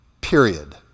Period